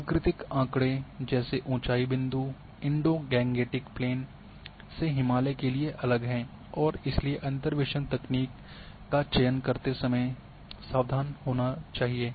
प्राकृतिक आँकड़ों जैसे ऊंचाई बिंदु इंडो गंगटीक प्लेन्स से हिमालय के लिए अलग हैं और इसलिए अंतर्वेसन तकनीक का चयन करते समय सावधान होना चाहिए